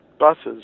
Buses